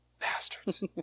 Bastards